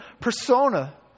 persona